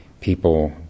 people